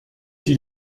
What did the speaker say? die